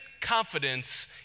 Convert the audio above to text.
confidence